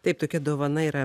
taip tokia dovana yra